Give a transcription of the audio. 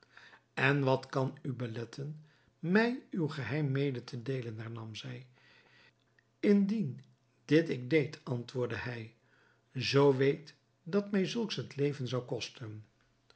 en wat kan u beletten mij uw geheim mede te deelen hernam zij indien dit ik deed antwoordde hij zoo weet dat mij zulks het leven zou kosten